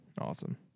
awesome